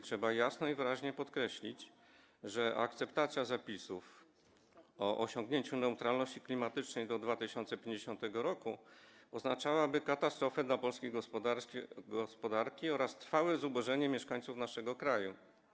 Trzeba jasno i wyraźnie pokreślić, że akceptacja zapisów o osiągnięciu neutralności klimatycznej do 2050 r. oznaczałaby katastrofę dla polskiej gospodarki oraz trwałe zubożenie mieszkańców naszego kraju.